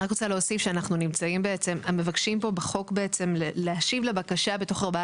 אני רק רוצה להוסיף שאנחנו מבקשים פה בחוק בעצם להשיב לבקשה בתוך 14